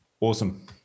Awesome